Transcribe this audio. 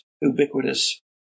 ubiquitous